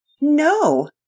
No